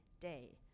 day